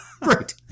Right